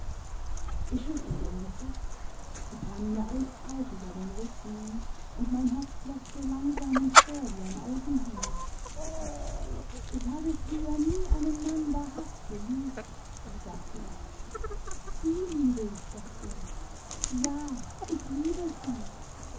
ich schüttelte den kopf es rann mir eiskalt über den rücken und mein herz klopfte langsam und schwer wie ein eisenhammer ich habe früher nie einen mann wahrhaft geliebt sagte ich sie liebe ich doktor i ja ich liebe siet